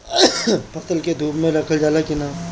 फसल के धुप मे रखल जाला कि न?